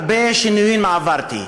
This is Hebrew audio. הרבה שינויים עברתי.